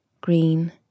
green